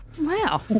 Wow